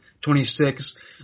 26